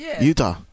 Utah